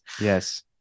Yes